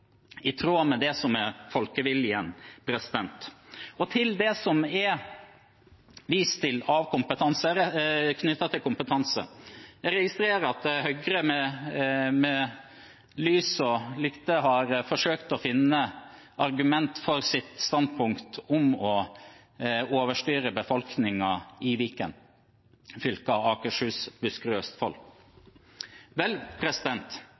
i tråd med det som er folkeviljen. Til det som det er vist til knyttet til kompetanse: Jeg registrerer at Høyre med lys og lykte har forsøkt å finne argumenter for sitt standpunkt om å overstyre befolkningen i Viken-fylkene Akershus, Buskerud og Østfold. Vel,